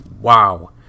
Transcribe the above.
Wow